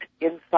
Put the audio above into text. inside